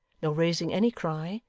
nor raising any cry,